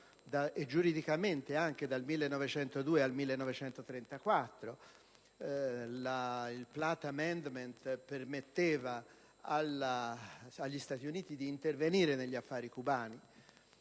giuridicamente, dal 1902 al 1934, dato che il *Platt Amendment* permetteva agli Stati Uniti di intervenire negli affari cubani;